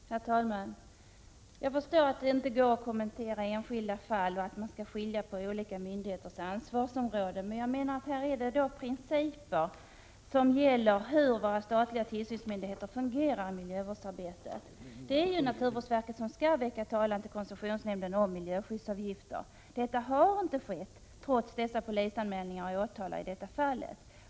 Herr talman! Jag förstår att det inte går att kommentera enskilda fall och att man skall skilja på olika myndigheters ansvarsområden, men jag menar att det här rör sig om principer för hur de statliga tillsynsmyndigheterna fungerar i miljövårdsarbetet. Det är naturvårdsverket som skall väcka talan hos koncessionsnämnden om miljöskyddsavgift. Detta har inte skett, trots flera polisanmälningar och åtal.